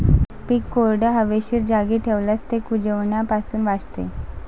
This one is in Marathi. पीक कोरड्या, हवेशीर जागी ठेवल्यास ते कुजण्यापासून वाचते